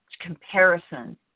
comparison